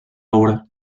obra